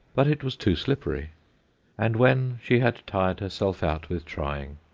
but it was too slippery and when she had tired herself out with trying,